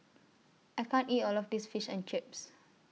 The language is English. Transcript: I can't eat All of This Fish and Chips